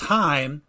time